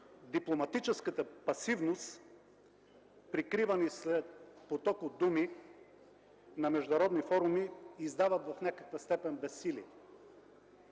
дипломатическата пасивност, прикривани зад поток от думи на международни форуми, издават в някаква степен безсилие.